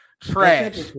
Trash